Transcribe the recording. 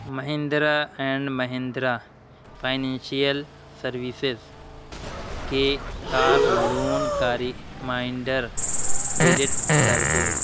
Mahindra and Mahindra financial services کے car loan کا reminder delete کر دو